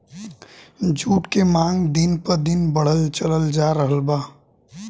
जुट के मांग दिन प दिन बढ़ल चलल जा रहल बा